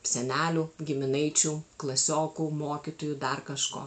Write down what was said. senelių giminaičių klasiokų mokytojų dar kažko